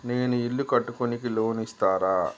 నేను ఇల్లు కట్టుకోనికి లోన్ ఇస్తరా?